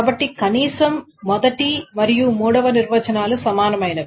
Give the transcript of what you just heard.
కాబట్టి కనీసం మొదటి మరియు మూడవ నిర్వచనాలు సమానమైనవి